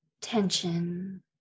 tension